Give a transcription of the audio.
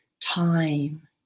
time